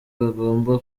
bagomba